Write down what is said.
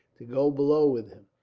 to go below with him.